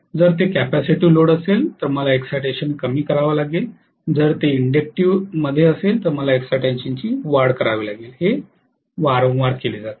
जर ते capacitive load असेल तर मला इक्साइटेशन कमी करावा लागेल जर ते इण्डेक्तीव मध्ये असेल तर मला इक्साइटेशन ची वाढ करावी लागेल हे वारंवार केले जाते